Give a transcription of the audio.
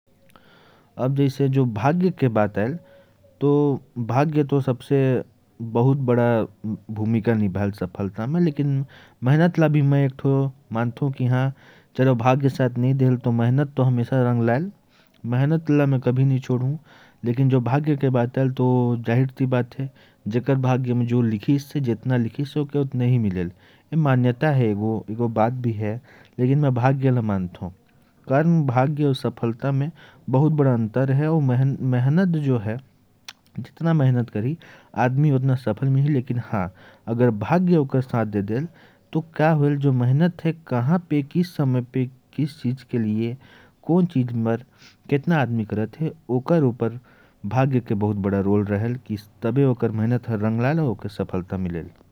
अब जैसे जो भाग्य के बात आयल तो, बहुत बड़ा भूमिका निभाए। लेकिन मेहनत जो है, ओला भी मैं सफलता के कारण मानथो। लेकिन कब के चीज में केतना मेहनत करना है, एला तो भाग्य ही हमके बता सकत है।